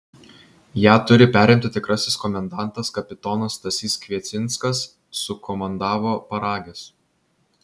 ją turi perimti tikrasis komendantas kapitonas stasys kviecinskas sukomandavo paragis